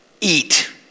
eat